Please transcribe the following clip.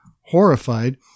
horrified